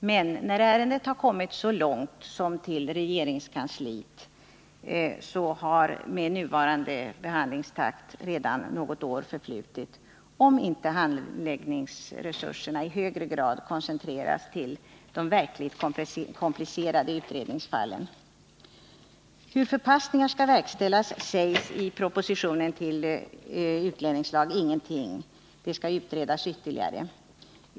Men när ärendet har kommit så långt som till regeringskansliet har med nuvarande behandlingstakt redan något år förflutit, om inte handläggningsresurserna i högre grad koncentreras till de verkligt komplicerade utredningsfallen. Om hur förpassningen skall verkställas sägs i propositionen om utlänningslag ingenting. Det skall utredas ytterligare.